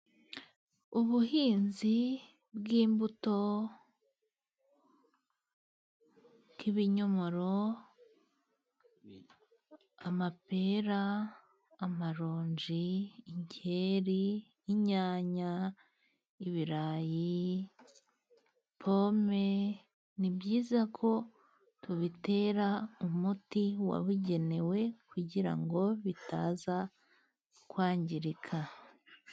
Ubuhinzi bw'imbuto, nk'ibinyomoro, amapera, amaronji, inkeri, inyanya, ibirayi, pome, ni byiza ko tubitera umuti wabigenewe, kugirango bitaza kwangirika.